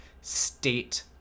state